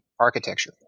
architecture